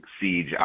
siege